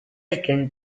return